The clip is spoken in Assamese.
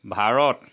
ভাৰত